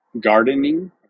gardening